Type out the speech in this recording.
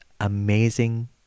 amazing